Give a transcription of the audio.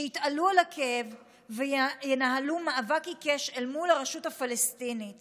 שיתעלו על הכאב וינהלו מאבק עיקש אל מול הרשות הפלסטינית